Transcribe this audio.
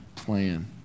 Plan